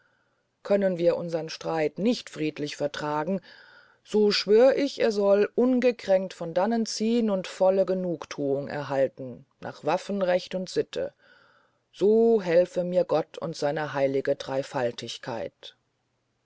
können wir unsern streit nicht friedlich vertragen so schwör ich er soll ungekränkt von dannen ziehn und volle genugthuung erhalten nach waffenrecht und sitte so helfe mir gott und seine heilige dreyfaltigkeit